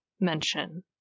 mention